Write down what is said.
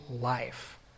life